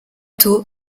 tôt